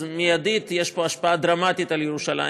אז מיידית יש פה השפעה דרמטית על ירושלים,